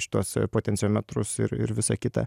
šituos potenciometrus ir ir visa kita